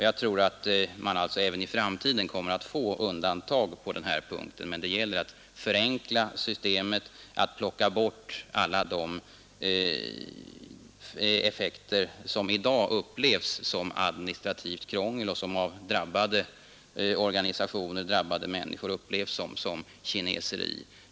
Jag tror att man således även i framtiden skall ha undantag från mervärdeskatt för tidskrifter, men det gäller att förenkla systemet, att plocka bort alla de effekter som i dag upplevs som administrativt krångel och som av drabbade organisationer, drabbade människor, upplevs som kineseri.